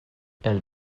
elle